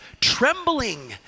Trembling